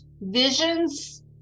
visions